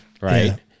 right